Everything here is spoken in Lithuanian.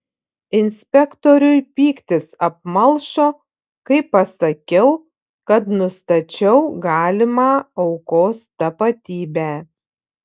inspektoriui pyktis apmalšo kai pasakiau kad nustačiau galimą aukos tapatybę